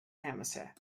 hamster